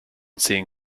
seeing